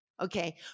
Okay